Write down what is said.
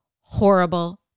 horrible